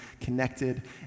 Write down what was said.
connected